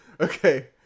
Okay